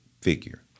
figure